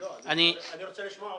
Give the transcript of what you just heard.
אני רוצה לשמוע אותם.